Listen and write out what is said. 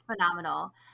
phenomenal